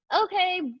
okay